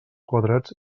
quadrats